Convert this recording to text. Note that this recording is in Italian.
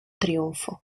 trionfo